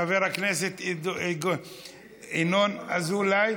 חבר הכנסת ינון אזולאי.